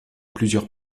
plusieurs